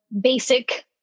basic